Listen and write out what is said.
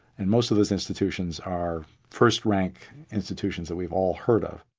and most of these institutions are first-rank institutions that we've all heard of.